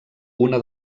una